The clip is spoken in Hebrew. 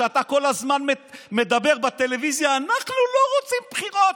שאתה כל הזמן מדבר בטלוויזיה: אנחנו לא רוצים בחירות,